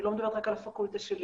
אני לא מדברת רק על הפקולטה שלי,